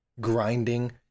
grinding